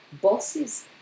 bosses